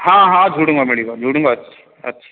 ହଁ ହଁ ଝୁଡ଼ୁଙ୍ଗ ମିଳିବ ଝୁଡ଼ୁଙ୍ଗ ଅଛି ଅଛି